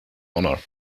honor